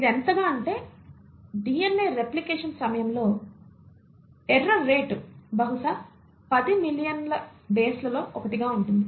ఇది ఎంతగా అంటే DNA రెప్లికేషన్ సమయంలో ఎర్రర్ రేటు బహుశా 10 మిలియన్ బేస్లలో 1 ఉంటుంది